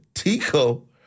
Tico